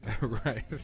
Right